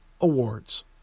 Awards